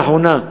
לאחרונה,